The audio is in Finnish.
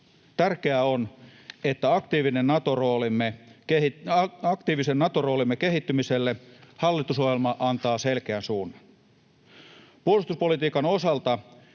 Tärkeää on, että aktiivisen Nato-roolimme kehittymiselle hallitusohjelma antaa selkeän suunnan. Puolustuspolitiikan osalta